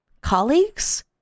colleagues